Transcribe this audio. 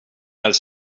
els